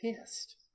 pissed